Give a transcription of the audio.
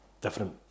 different